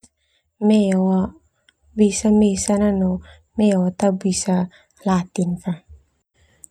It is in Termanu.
Meo bisa mesan na boema meo tabisa latih fa.